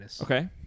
Okay